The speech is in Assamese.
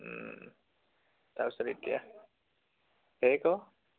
তাৰপিছত এতিয়া হেৰি আকৌ